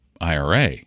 IRA